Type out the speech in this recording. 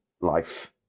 life